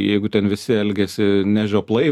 jeigu ten visi elgiasi ne žioplai